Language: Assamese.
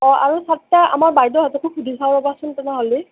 অঁ আৰু সাতটা আমাৰ বাইদেউহঁতকো সুধি চাওঁৰ'বাচোন তেনেহ'লে